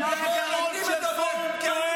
זה במשמרת שלכם.